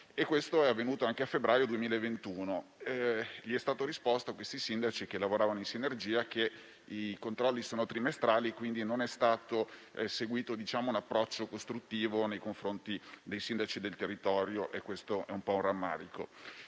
Questo è avvenuto anche nel febbraio 2021. È stato risposto a questi sindaci, che lavoravano in sinergia, che i controlli sono trimestrali e quindi non è stato seguito un approccio costruttivo nei confronti dei sindaci del territorio (questo è motivo di rammarico).